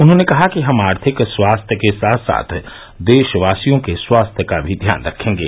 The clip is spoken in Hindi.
उन्होने कहा कि हम आर्थिक स्वास्थ्य के साथ साथ देशवासियों के स्वास्थ्य का भी ध्यान रखेंगे